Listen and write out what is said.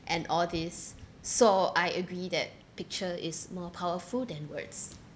and all these so I agree that picture is more powerful than words